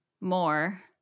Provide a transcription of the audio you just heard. More